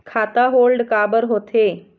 खाता होल्ड काबर होथे?